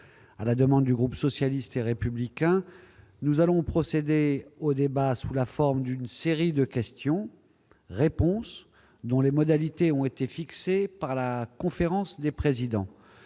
la thématique des collectivités locales. Nous allons procéder au débat sous la forme d'une série de questions-réponses dont les modalités ont été fixées par la conférence des présidents.